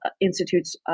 institutes